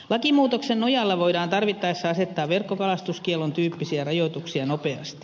lakimuutoksen nojalla voidaan tarvittaessa asettaa verkkokalastuskiellon tyyppisiä rajoituksia nopeasti